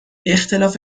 اختلاف